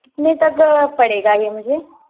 कितने तक पड़ेगा ये मुझे